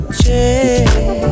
change